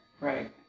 Right